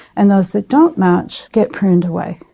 and those that don't match get pruned away.